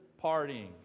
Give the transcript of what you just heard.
partying